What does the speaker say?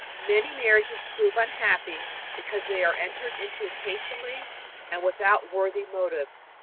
many marriages prove unhappy because they are entered into hastily and without worthy motives.